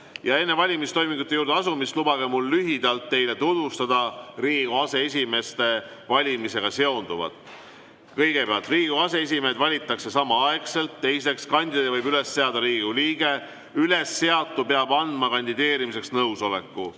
valimistoimingute juurde asumist lubage mul lühidalt teile tutvustada Riigikogu aseesimeeste valimisega seonduvat. Kõigepealt, Riigikogu aseesimehed valitakse samaaegselt. Teiseks, kandidaadi võib üles seada Riigikogu liige. Ülesseatu peab andma kandideerimiseks nõusoleku.